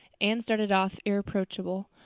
anne started off irreproachable,